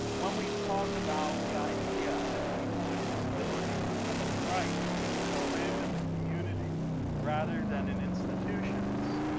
when we talk about the idea that people with disabilities have a right to live in the community rather than in institutions,